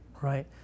right